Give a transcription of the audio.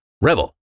rebel